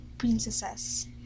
princesses